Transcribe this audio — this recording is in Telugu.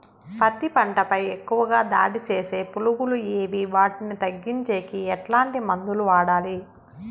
పత్తి పంట పై ఎక్కువగా దాడి సేసే పులుగులు ఏవి వాటిని తగ్గించేకి ఎట్లాంటి మందులు వాడాలి?